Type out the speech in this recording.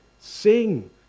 Sing